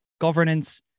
governance